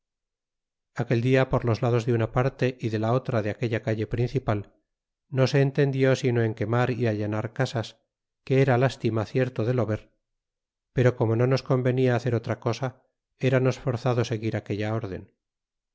aquel dia pur los lados de la una parte y de la otra de aquella calle principal no se enten dió sino en quemar y all trar casas que era tima cierto de lo ver pero como no los convenia hacer otra cosa era nos for zado seguir aquella órden